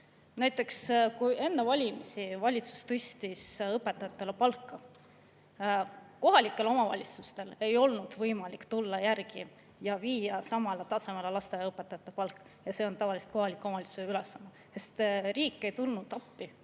Näiteks kui enne valimisi tõstis valitsus õpetajate palka, siis kohalikel omavalitsustel ei olnud võimalik tulla järgi ja viia samale tasemele lasteaiaõpetajate palk – ja see on tavaliselt kohaliku omavalitsuse ülesanne –, sest riik ei tulnud appi.